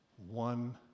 One